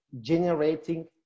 generating